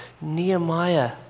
Nehemiah